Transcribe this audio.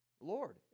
Lord